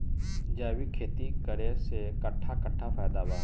जैविक खेती करे से कट्ठा कट्ठा फायदा बा?